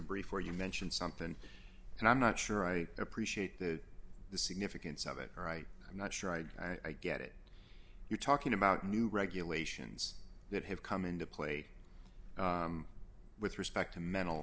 brief where you mention something and i'm not sure i appreciate the significance of it all right i'm not sure i'd i get it you're talking about new regulations that have come into play with respect to mental